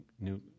new